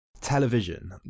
Television